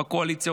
בקואליציה,